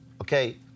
okay